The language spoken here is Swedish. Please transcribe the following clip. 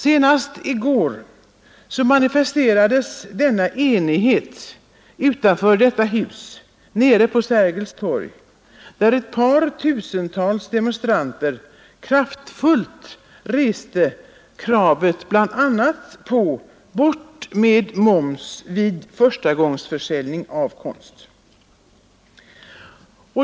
Senast i går manifesterades den enigheten utanför detta hus, nere på Sergels torg, där ett par tusental demonstranter kraftfullt reste bl.a. kravet: Bort med moms vid förstagångsförsäljning av konst.